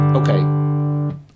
Okay